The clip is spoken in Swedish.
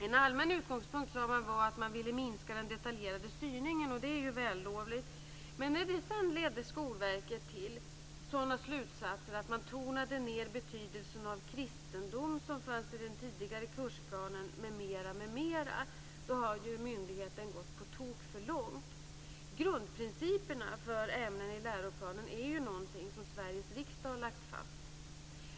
En allmän utgångspunkt var att man ville minska den detaljerade styrningen, och det är ju vällovligt. Men när det sedan ledde Skolverket till sådana slutsatser att man tonade ned betydelsen av kristendom m.m. jämfört med den tidigare kursplanen, då har ju myndigheten gått på tok för långt. Grundprinciperna för ämnena i läroplanen är det Sveriges riksdag som har lagt fast.